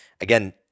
again